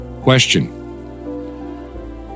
Question